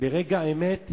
ברגע האמת,